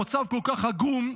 המצב כל כך עגום,